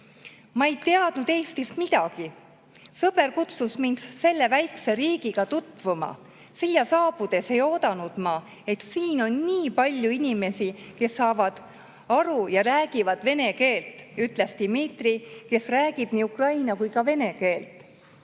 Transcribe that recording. "Ma ei teadnud Eestist midagi, sõber kutsus mind selle väikese riigiga tutvuma. Siia saabudes ei oodanud ma, et siin on nii palju inimesi, kes meist aru saavad ja vene keelt räägivad," ütles Dmitri, kes räägib nii ukraina kui ka vene keelt.